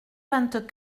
vingt